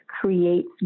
creates